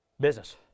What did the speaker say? Business